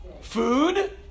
food